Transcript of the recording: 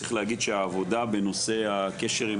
צריך להגיד שהעבודה בנושא הקשר עם